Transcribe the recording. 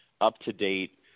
up-to-date